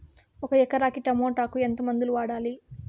ఒక ఎకరాకి టమోటా కు ఎంత మందులు వాడాలి?